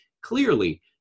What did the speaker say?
clearly